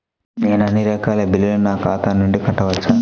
నేను అన్నీ రకాల బిల్లులను నా ఖాతా నుండి కట్టవచ్చా?